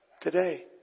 Today